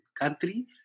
country